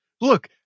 Look